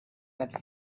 went